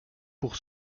pour